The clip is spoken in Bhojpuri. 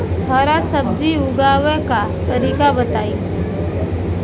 हरा सब्जी उगाव का तरीका बताई?